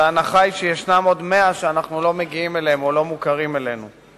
וההנחה היא שיש עוד 100 שאנחנו לא מגיעים אליהם או שהם לא מוכרים אצלנו.